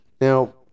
Now